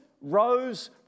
rose